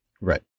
Right